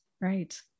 right